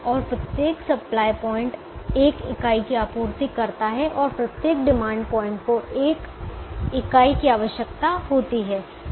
और प्रत्येक supply point 1 इकाई की आपूर्ति करता है और प्रत्येक डिमांड पॉइंट को 1 इकाई की आवश्यकता होती है